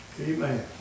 Amen